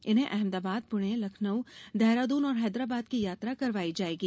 इन्हें अहमदाबाद पुणे लखनऊ देहरादून और हैदराबाद की यात्रा करवाई जायेगी